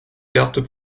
cartes